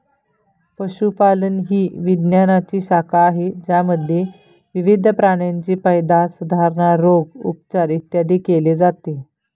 पशुपालन ही विज्ञानाची शाखा आहे ज्यामध्ये विविध प्राण्यांची पैदास, सुधारणा, रोग, उपचार, इत्यादी केले जाते